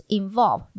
involve